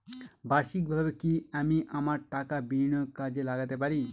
বার্ষিকভাবে কি আমি আমার টাকা বিনিয়োগে কাজে লাগাতে পারি?